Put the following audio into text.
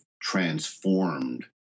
transformed